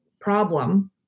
problem